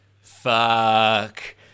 fuck